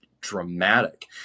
dramatic